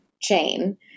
chain